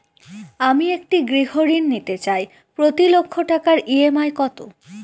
আমি একটি গৃহঋণ নিতে চাই প্রতি লক্ষ টাকার ই.এম.আই কত?